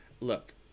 Look